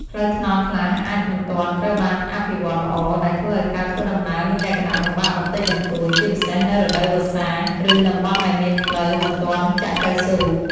ផ្លូវថ្នល់ខ្លះអាចមិនទាន់ត្រូវបានអភិវឌ្ឍន៍ល្អ ដែលធ្វើឲ្យការធ្វើដំណើរមានលក្ខណៈលំបាកបន្តិចបន្តួច ជាពិសេសនៅរដូវវស្សា ឬតំបន់ដែលមានផ្លូវមិនទាន់ចាក់កៅស៊ូ។